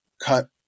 cut